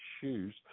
shoes